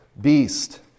beast